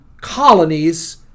colonies